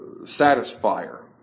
satisfier